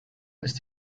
ist